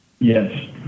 Yes